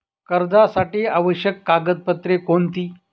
कर्जासाठी आवश्यक कागदपत्रे कोणती?